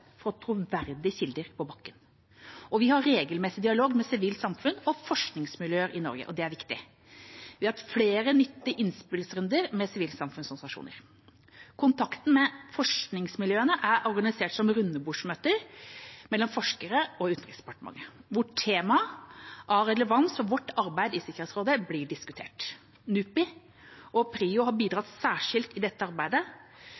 troverdige kilder på bakken. Vi har regelmessig dialog med sivilt samfunn og forskningsmiljøer i Norge. Det er viktig. Vi har hatt flere nyttige innspillsrunder med sivilsamfunnsorganisasjoner. Kontakten med forskningsmiljøene er organisert som rundebordsmøter mellom forskere og Utenriksdepartementet, hvor tema av relevans for vårt arbeid i Sikkerhetsrådet blir diskutert. NUPI og PRIO har bidratt særskilt i dette arbeidet